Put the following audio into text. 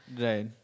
Right